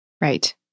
Right